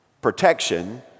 protection